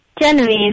Genevieve